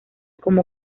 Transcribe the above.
como